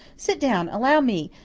sit down allow me,